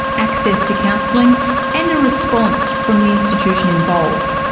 access to counselling and a response from the institution involved.